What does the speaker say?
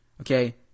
okay